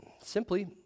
simply